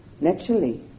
Naturally